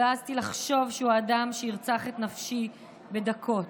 לא העזתי לחשוב שהוא האדם שירצח את נפשי בדקות,